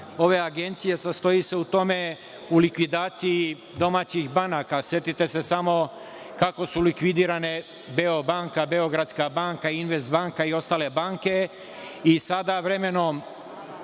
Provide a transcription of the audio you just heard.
ove Agencije sastoji se u likvidaciji domaćih banaka. Setite se samo kako su likvidirane „Beobanka“, Beogradska banka, „Investbanka“ i ostale banke. Sada vremenom